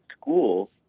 school